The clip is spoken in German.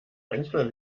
manchmal